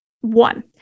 one